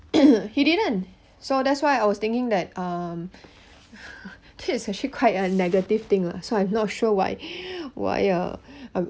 he didn't so that's why I was thinking that um that is actually quite a negative thing lah so I'm not sure why why uh